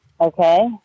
Okay